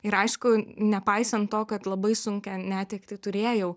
ir aišku nepaisant to kad labai sunkią netektį turėjau